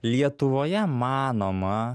lietuvoje manoma